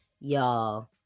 y'all